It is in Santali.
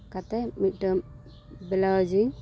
ᱠᱟᱛᱮ ᱢᱤᱫᱴᱮᱱ ᱵᱞᱟᱣᱩᱡᱽ ᱤᱧ